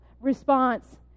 response